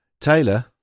Taylor